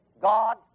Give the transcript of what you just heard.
God